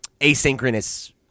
asynchronous